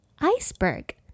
iceberg